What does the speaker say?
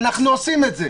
ואנחנו עושים את זה,